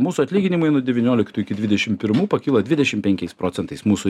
mūsų atlyginimai nuo devynioliktų iki dvidešim pirmų pakilo dvidešim penkiais procentais mūsų